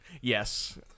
Yes